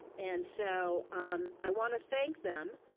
and so um i want to thank them.